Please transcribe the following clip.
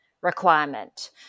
requirement